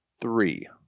Three